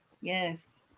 Yes